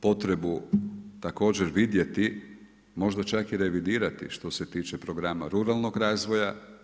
Imamo potrebu također vidjeti možda čak i revidirati što se tiče programa ruralnog razvoja.